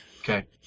Okay